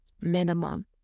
minimum